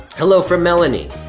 hello, from melanie,